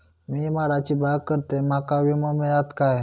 मी माडाची बाग करतंय माका विमो मिळात काय?